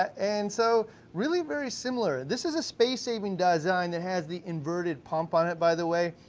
and so really very similar. this is a space-saving design that has the inverted pump on it, by the way.